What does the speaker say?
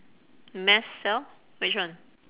mass cell which one